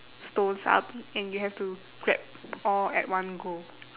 stones up and you have to grab all at one go